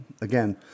again